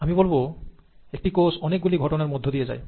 আমি বলবো একটি কোষ অনেকগুলি ঘটনার মধ্য দিয়ে যায